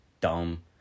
dumb